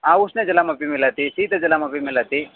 उष्णजलमपि मिलति शीतजलमपि मिलति